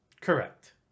Correct